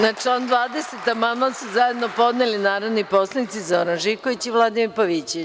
Na član 20. amandman su zajedno podneli narodni poslanici Zoran Živković i Vladimir Pavićević.